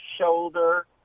shoulder